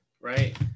right